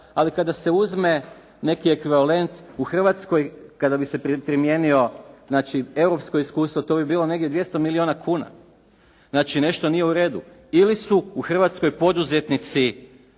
Ali kada se uzme neki ekvivalent u Hrvatskoj kada bi se primjenio znači europsko iskustvo to bi bilo negdje 200 milijuna kuna, Znači nešto nije u redu. Ili su u Hrvatskoj poduzetnici